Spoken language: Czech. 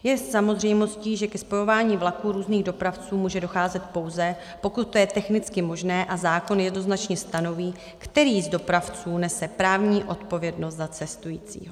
Je samozřejmostí, že ke spojování vlaků různých dopravců může docházet, pouze pokud to je technicky možné, a zákon jednoznačně stanoví, který z dopravců nese právní odpovědnost za cestující.